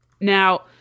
Now